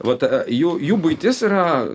vat jų jų buitis yra